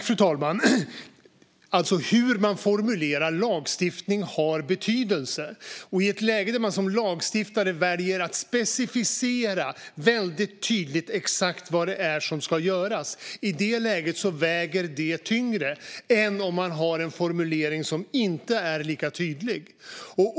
Fru talman! Hur man formulerar lagstiftning har betydelse. Om man som lagstiftare väljer att specificera väldigt tydligt och exakt vad det är som ska göras väger det tyngre än om man har en formulering som inte är lika tydlig.